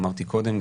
אמרתי קודם,